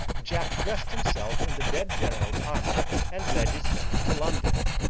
jack dressed himself in the dead general's armour, and led his men to london.